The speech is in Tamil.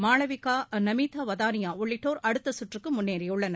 மாளவிகா நமிதா வதானியா உள்ளிட்டோர் அடுத்த சுற்றுக்கு முன்னேறியுள்ளனர்